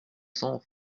cents